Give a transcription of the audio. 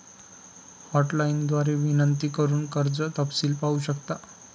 hotline द्वारे विनंती करून कर्ज तपशील पाहू शकता